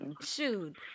Shoot